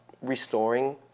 restoring